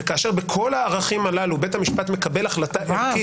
וכאשר בכל הערכים הללו בית המשפט מקבל החלטה ערכית